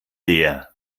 der